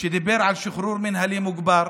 שדיבר על שחרור מינהלי מוגבר,